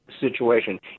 situation